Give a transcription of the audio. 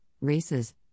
races